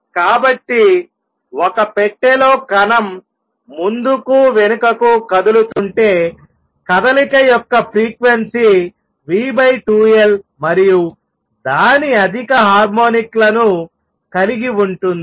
కాబట్టి ఒక పెట్టెలో కణం ముందుకు వెనుకకు కదులుతుంటే కదలిక యొక్క ఫ్రీక్వెన్సీ v2L మరియు దాని అధిక హార్మోనిక్లను కలిగి ఉంటుంది